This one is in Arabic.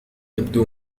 تبدو